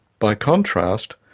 by contrast,